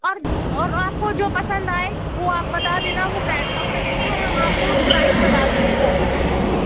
और और आपको जो पसंद आए वह आप बता देना वह कैटलॉग में देखकर हम आपको प्राइस बता देंगे पैसा कितना है